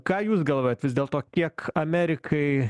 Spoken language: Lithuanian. ką jūs galvojat vis dėlto kiek amerikai